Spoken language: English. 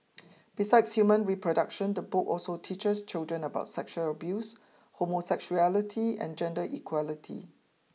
besides human reproduction the book also teaches children about sexual abuse homosexuality and gender equality